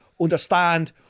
understand